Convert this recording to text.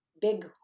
big